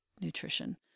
nutrition